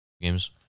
games